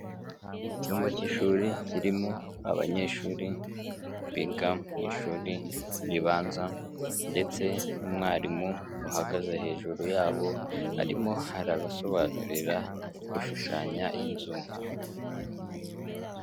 Icyumba cy'ishuri kirimo abanyeshuri biga mu ishuri ribanza ndetse n'umwarimu uhagaze hejuru yabo, arimo arabasobanurira gushushanya inzu.